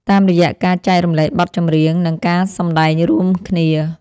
តាមរយៈការចែករំលែកបទចម្រៀង និងការសម្តែងរួមគ្នា។